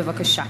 בבקשה.